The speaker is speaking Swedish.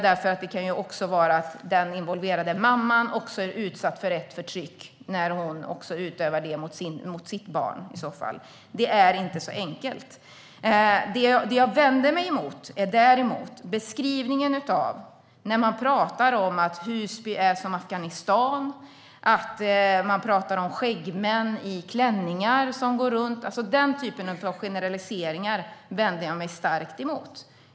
Det kan även vara så att den involverade mamman också är utsatt för ett förtryck när hon i sin tur utövar det mot sitt barn. Det är inte så enkelt. Det jag däremot vänder mig mot är beskrivningen av att Husby är som Afghanistan och skäggmän i klänningar. Den typen av generaliseringar vänder jag mig starkt mot.